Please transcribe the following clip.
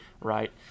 right